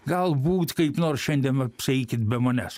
galbūt kaip nors šiandien apsieikit be manęs